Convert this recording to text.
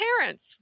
parents